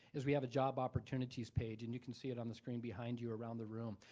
is we have a job opportunities page and you can see it on the screen behind you around the room.